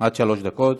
עד שלוש דקות.